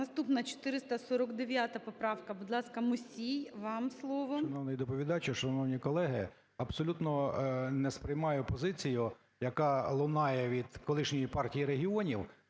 Наступна – 449 поправка. Будь ласка, Мусій, вам слово. 16:51:34 МУСІЙ О.С. Шановний доповідач, шановні колеги, абсолютно не сприймаю позицію, яка лунає від колишньої Партії регіонів